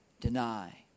Deny